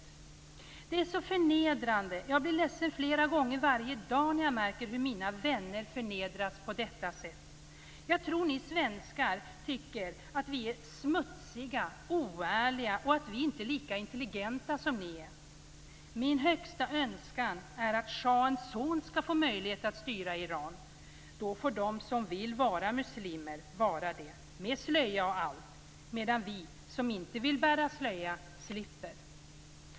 Så här berättade Parisa för mig: Det är så förnedrande. Jag blir ledsen flera gånger varje dag när jag märker hur mina vänner förnedras på detta sätt. Jag tror ni svenskar tycker att vi är smutsiga och oärliga och att vi inte är lika intelligenta som ni är. Min högsta önskan är att schahens son skall få möjlighet att styra i Iran. Då får de som vill vara muslimer vara det, med slöja och allt, medan vi som inte vill bära slöja slipper.